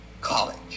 college